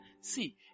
See